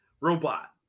robot